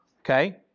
Okay